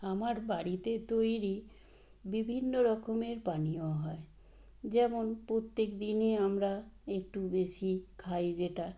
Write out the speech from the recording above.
আমার বাড়িতে তৈরি বিভিন্ন রকমের পানীয় হয় যেমন প্রত্যেক দিনই আমরা একটু বেশি খাই যেটা